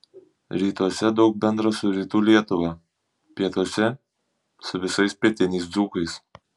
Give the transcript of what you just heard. rytuose daug bendra su rytų lietuva pietuose su visais pietiniais dzūkais